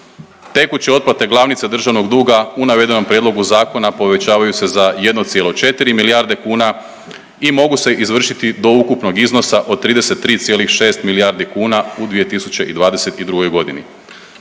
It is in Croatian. Tekuće otplate glavnice državnog duga u navedenom prijedlogu zakona povećavaju se za 1,4 milijarde kuna i mogu se izvršiti do ukupnog iznosa od 33,6 milijardi kuna u 2022.g.